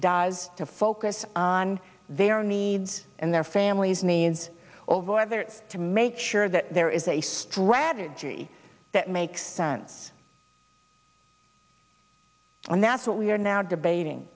does to focus on their needs and their families means over whether to make sure that there is a strategy that makes sense and that's what we are now debating